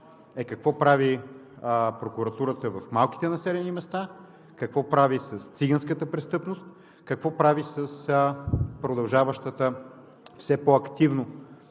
е какво прави прокуратурата в малките населени места, какво прави с циганската престъпност, какво прави с продължаващото все по-активно